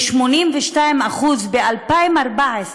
ל-82% ב-2014,